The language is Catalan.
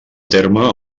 terme